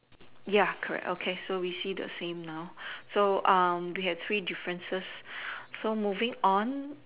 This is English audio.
ya correct okay so we see the same now so we have three differences so moving on